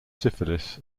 syphilis